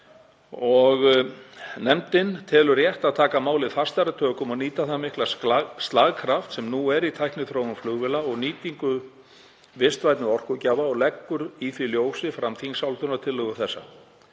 Nefndin telur rétt að taka málið fastari tökum og nýta þann mikla slagkraft sem nú er í tækniþróun flugvéla og nýtingu vistvænni orkugjafa og leggur í því ljósi fram þingsályktunartillögu þessa.